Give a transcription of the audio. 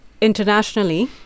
internationally